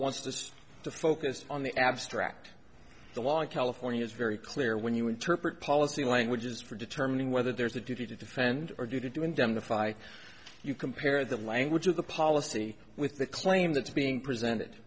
wants to stay focused on the abstract along california's very clear when you interpret policy languages for determining whether there's a duty to defend or you to do indemnify you compare the language of the policy with the claim that's being presented